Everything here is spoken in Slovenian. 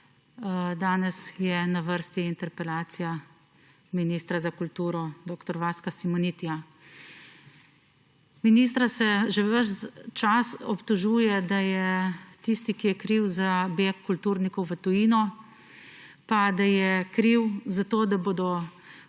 Danes je na vrsti interpelacija ministra za kulturo dr. Vaska Simonitija. Ministra se že ves čas obtožuje, da je tisti, ki je kriv za beg kulturnikov v tujino, da je kriv za to, da bodo